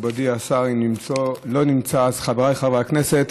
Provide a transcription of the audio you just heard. מכובדי השר לא נמצא, חבריי חברי הכנסת,